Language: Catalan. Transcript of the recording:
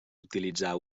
utilitzar